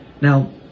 Now